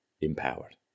empowered